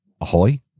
ahoy